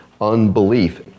unbelief